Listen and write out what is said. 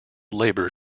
labor